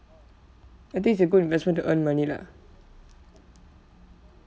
I think it's a good investment to earn money lah